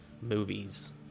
movies